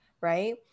Right